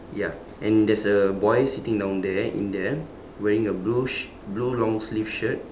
ya and there's a boy sitting down there in there wearing a blue sh~ blue long sleeve shirt